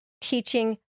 teaching